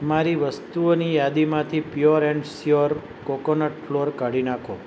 મારી વસ્તુઓની યાદીમાંથી pure and sure coconut flour કાઢી નાખો